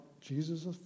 Jesus